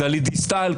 גלית דיסטל,